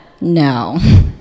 No